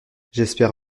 j’espère